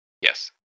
Yes